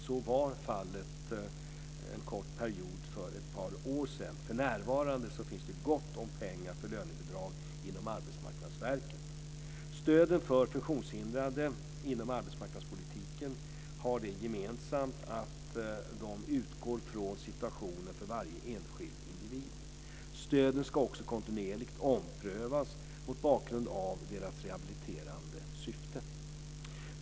Så var fallet en kort period för ett par år sedan. För närvarande finns det gott om pengar för lönebidrag inom Arbetsmarknadsverket. Stöden för funktionshindrade inom arbetsmarknadspolitiken har det gemensamt att de utgår från situationen för varje enskild individ. Stöden ska också kontinuerligt omprövas mot bakgrund av deras rehabiliterande syfte.